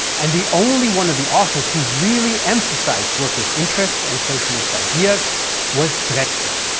and the only one of the authors who really emphasized workers' interests and socialist ideas was drexler.